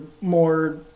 more